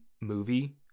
movie